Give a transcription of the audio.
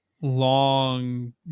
long